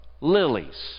lilies